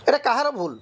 ଏଟା କାହାର ଭୁଲ୍